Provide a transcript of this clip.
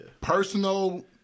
personal